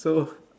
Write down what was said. so